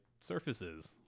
surfaces